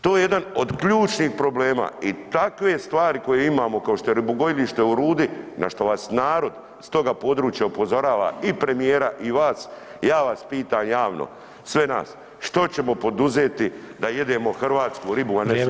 To je jedan od ključnih problema i takve stvari koje imamo kao što je ribogojilište u Rudi, na što vas narod s toga područja upozorava i premijera i vas, ja vas pitam javno, sve nas, što ćemo poduzeti da jedemo hrvatsku ribu, a ne smrznutu [[Upadica: Vrijeme.]] ribu?